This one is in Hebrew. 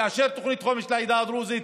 תאשר תוכנית חומש לעדה הדרוזית.